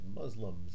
Muslims